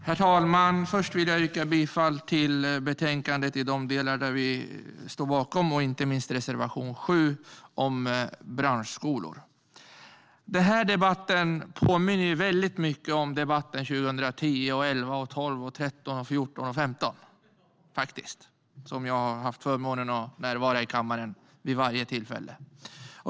Herr talman! Först vill jag yrka bifall till förslaget i betänkandet i de delar som vi står bakom och inte minst till reservation 7 om branschskolor. Den här debatten påminner faktiskt väldigt mycket om debatterna 2010, 2011, 2012, 2013, 2014 och 2015. Jag har haft förmånen att närvara i kammaren vid varje tillfälle.